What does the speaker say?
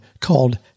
called